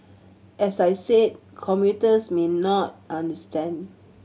as I said commuters may not understand